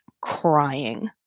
crying